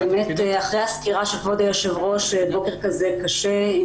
אחרי הסקירה של כבוד היושב ראש זה בוקר כזה קשה.